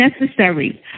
necessary